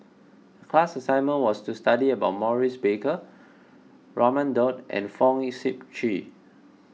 class assignment was to study about Maurice Baker Raman Daud and Fong Sip Chee